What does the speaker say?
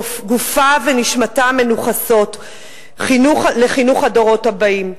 גופה ונשמתה מנוכסים לחינוך הדורות הבאים.